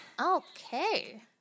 okay